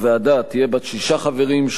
הוועדה תהיה בת שישה חברים,